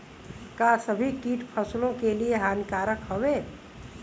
का सभी कीट फसलों के लिए हानिकारक हवें?